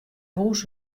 hús